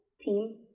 team